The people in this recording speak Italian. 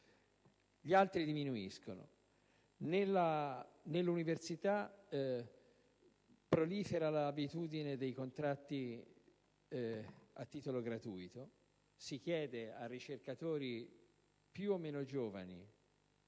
insegnanti di religione. Nell'università prolifera l'abitudine dei contratti a titolo gratuito; si chiede a ricercatori più o meno giovani,